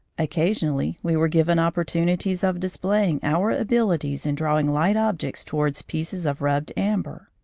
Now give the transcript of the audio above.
occasionally we were given opportunities of displaying our abilities in drawing light objects towards pieces of rubbed amber.